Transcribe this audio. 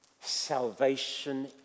salvation